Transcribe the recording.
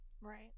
Right